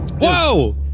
Whoa